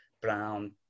Brown